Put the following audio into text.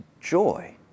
joy